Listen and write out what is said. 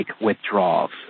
withdrawals